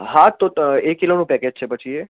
હા તો તો એ કેટલાનું પેકેજ છે પછી એ